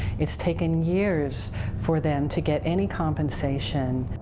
it's taken years for them to get any compensation.